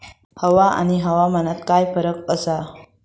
हवा आणि हवामानात काय फरक असा?